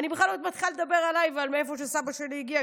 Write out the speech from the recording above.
ואני בכלל לא מתחילה לדבר עליי ועל מאיפה סבא שלי הגיע,